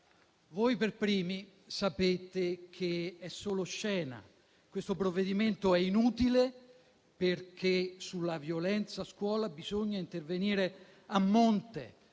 Voi per primi, però, sapete che è solo scena. Questo provvedimento è inutile, perché sulla violenza a scuola bisogna intervenire a monte,